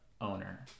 owner